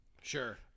sure